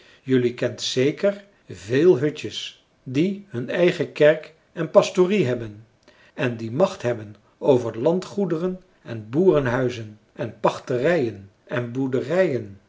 jelui kent zeker veel hutjes die hun eigen kerk en pastorie hebben en die macht hebben over landgoederen en boerenhuizen en pachterijen en boerderijen